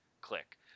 click